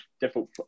different